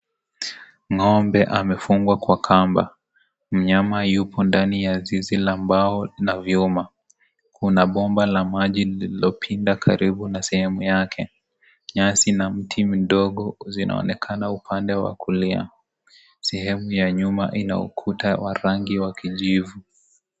Ngombe amefungwa Kwa Kamba ,ndama yulo ndani ya zizi ya mbao na vyuma. Kuna bombaa maji kililopita karibu na sehemu yake. Nyasi ina mti midogo zinaonekana upande wa kulia ,sehemu ya nyuma ina ukuta wa rangi ya kijivu.